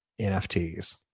NFTs